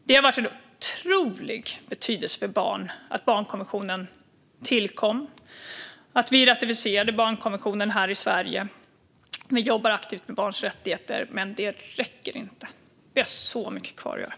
Det har haft otrolig betydelse för barn att barnkonventionen tillkom och att vi ratificerade den här i Sverige. Vi jobbar aktivt med barns rättigheter. Men det räcker inte. Vi har så mycket kvar att göra.